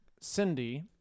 Cindy